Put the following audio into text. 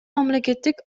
мамлекеттик